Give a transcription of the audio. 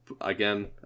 Again